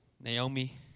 Naomi